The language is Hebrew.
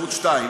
בישראל.